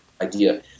idea